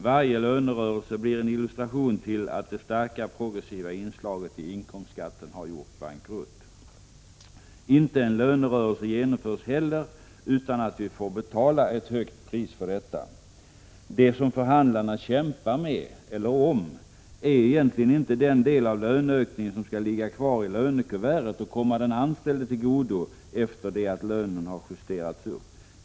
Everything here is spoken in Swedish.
Varje lönerörelse blir en illustration till att det starka progressiva inslaget i inkomstskatten har gjort bankrutt. Inte en lönerörelse genomförs heller utan att vi får betala ett högt pris för detta. Det som förhandlarna kämpar med eller om är egentligen inte den del av löneökningen som skall ligga kvar i lönekuvertet och komma den anställde till godo efter det att lönen justerats upp.